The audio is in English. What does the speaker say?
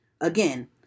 again